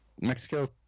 Mexico